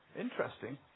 Interesting